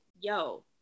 yo